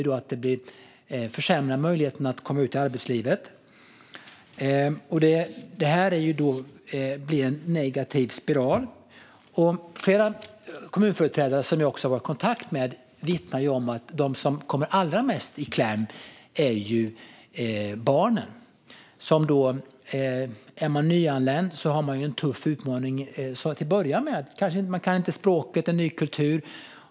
Det här försämrar möjligheterna att komma ut i arbetslivet, och det blir en negativ spiral. Flera kommunföreträdare som jag har varit i kontakt med vittnar om att de som kommer allra mest i kläm är barnen. Om man är nyanländ har man en tuff utmaning redan till att börja med. Man kan inte språket, och det är en ny kultur.